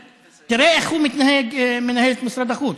תראה איך הוא מנהל את משרד החוץ.